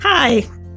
Hi